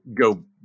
go